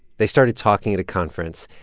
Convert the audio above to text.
they started talking at a conference.